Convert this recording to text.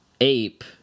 ape